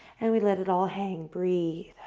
and we let it all hang. breathe,